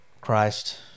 Christ